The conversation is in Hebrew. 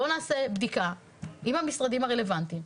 בוא נעשה בדיקה, עם המשרדים הרלוונטיים.